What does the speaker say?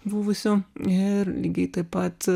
buvusių ir lygiai taip pat